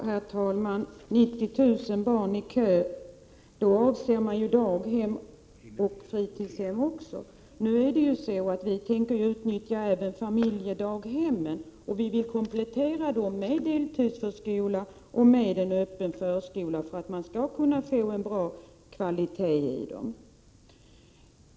Herr talman! 90 000 barn i kö, säger Inga Lantz. Siffran 90 000 avser både daghem och fritidshem. Vi tänker ju även utnyttja familjedaghemmen och komplettera dem med deltidsförskola och med öppen förskola för att få god kvalitet.